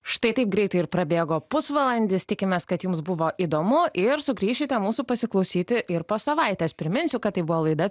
štai taip greitai ir prabėgo pusvalandis tikimės kad jums buvo įdomu ir sugrįšite mūsų pasiklausyti ir po savaitės priminsiu kad tai buvo laida